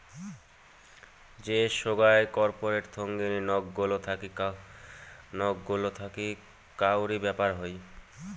যে সোগায় কর্পোরেট থোঙনি নক গুলা থাকি কাউরি ব্যাপার হই